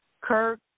Kirk